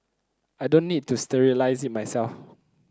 I don't need to sterilise it myself